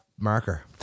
Marker